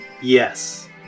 Yes